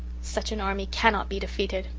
such an army cannot be defeated.